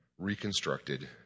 reconstructed